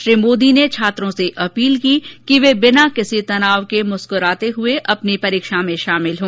श्री मोदी ने छात्रों से अपील की कि वे बिना किसी तनाव के मुस्कराते हुए अपनी परीक्षाओं में शामिल हों